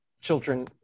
children